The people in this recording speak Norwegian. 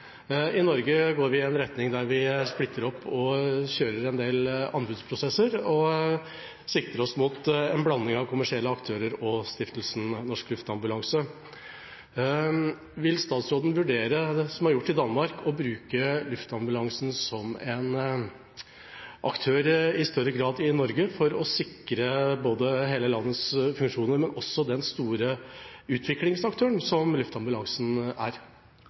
I Norge går vi i en retning der vi splitter opp, kjører en del anbudsprosesser og sikter oss inn mot en blanding av kommersielle aktører og Stiftelsen Norsk Luftambulanse. Vil statsråden vurdere det som er gjort i Danmark, og bruke luftambulansen som en aktør i større grad i Norge for å sikre hele landets funksjoner – og også den store utviklingsaktøren som luftambulansen er?